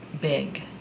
big